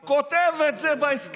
רציונלי כותב את זה בהסכם.